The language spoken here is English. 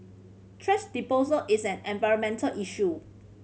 thrash disposal is an environmental issue